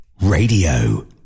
Radio